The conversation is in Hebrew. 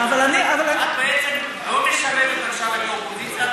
את בעצם לא משרתת את האופוזיציה,